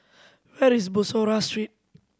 where is Bussorah Street